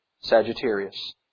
Sagittarius